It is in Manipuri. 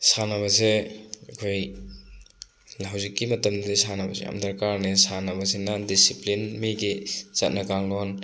ꯁꯥꯟꯅꯕꯁꯦ ꯑꯩꯈꯣꯏ ꯍꯧꯖꯤꯛꯀꯤ ꯃꯇꯝꯗꯗꯤ ꯁꯥꯟꯅꯕꯁꯦ ꯌꯥꯝ ꯗꯔꯀꯥꯔꯅꯦ ꯁꯥꯟꯅꯕꯁꯤꯅ ꯗꯤꯁꯤꯄ꯭ꯂꯤꯟ ꯃꯤꯒꯤ ꯆꯠꯅ ꯀꯥꯡꯂꯣꯟ